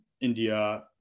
India